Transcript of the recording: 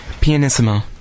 Pianissimo